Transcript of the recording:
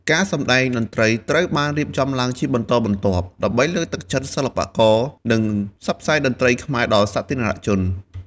ការសម្តែងតន្ត្រីត្រូវបានរៀបចំឡើងជាបន្តបន្ទាប់ ដើម្បីលើកទឹកចិត្តសិល្បករ និងផ្សព្វផ្សាយតន្ត្រីខ្មែរដល់សាធារណជន។